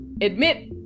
admit